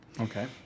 okay